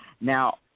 Now